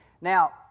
Now